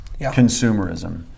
consumerism